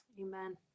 Amen